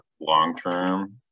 long-term